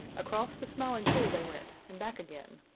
across the smiling pool they went and back again.